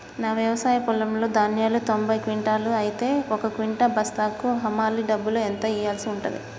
నా వ్యవసాయ పొలంలో ధాన్యాలు తొంభై క్వింటాలు అయితే ఒక క్వింటా బస్తాకు హమాలీ డబ్బులు ఎంత ఇయ్యాల్సి ఉంటది?